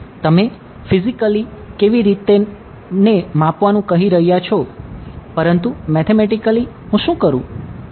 તમે ફિઝીકલી કેવી રીતે ને માપવાનું કહી રહ્યા છો પરંતુ મેથેમેટિકલી હું શું કરું